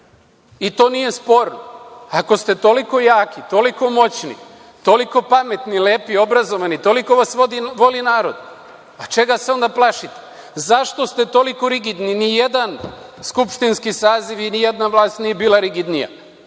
i to nije sporno. Ako ste toliko jaki, toliko moćni, toliko pametni, lepi, obrazovani, toliko vas voli narod, pa čega se onda plašite? Zašto ste toliko rigidni? Nijedan skupštinski saziv i nijedna vlast nije bila rigidnija